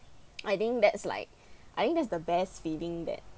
I think that's like I think that's the best feeling that